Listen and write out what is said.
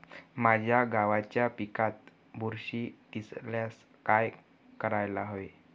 माझ्या गव्हाच्या पिकात बुरशी दिसल्यास काय करायला हवे?